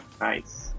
Nice